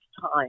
time